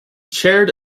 chaired